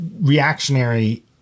reactionary